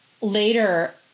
later